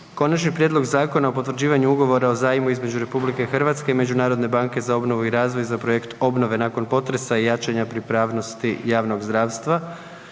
Konačni prijedlog Zakona o potvrđivanju Ugovora o zajmu između Republike Hrvatske i Međunarodne banke za obnovu i razvoj za projekt obnove nakon potresa i jačanja pripravnosti javnog zdravstva,